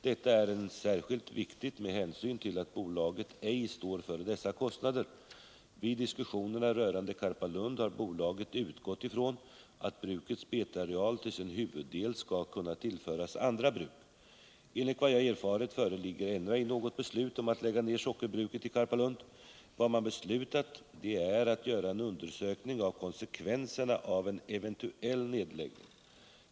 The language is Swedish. Detta är särskilt viktigt med hänsyn till att bolaget ej står för dessa kostnader. Vid diskussionerna rörande Karpalund har bolaget utgått ifrån att brukets betareal till sin huvuddel skall kunna tillföras andra bruk. Enligt vad jag erfarit föreligger ännu ej något beslut om att lägga ned sockerbruket i Karpalund. Vad man beslutat är att göra en undersökning av konsekvenserna av en cventuell nedläggning.